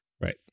Right